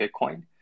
bitcoin